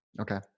Okay